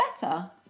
better